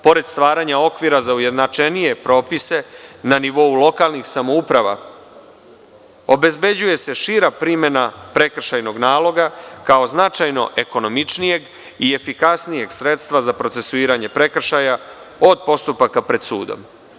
Pored stvaranja okvira za ujednačenije propise na nivou lokalnih samouprava obezbeđuje se šira primena prekršajnog naloga kao značajno ekonomičnijeg i efikasnijeg sredstva za procesuiranje prekršaja od postupaka pred sudom.